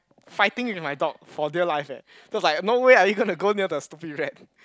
fighting with my dog for dear life eh so it's like no way are you going to go near the stupid rat